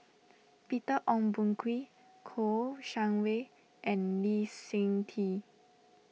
Peter Ong Boon Kwee Kouo Shang Wei and Lee Seng Tee